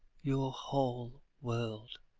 your whole world.